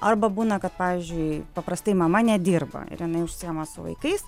arba būna kad pavyzdžiui paprastai mama nedirba ir jinai užsiima su vaikais